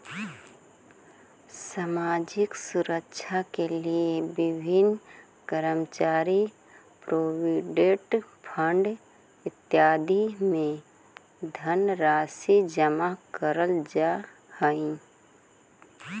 सामाजिक सुरक्षा के लिए विभिन्न कर्मचारी प्रोविडेंट फंड इत्यादि में धनराशि जमा करल जा हई